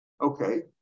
Okay